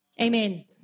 Amen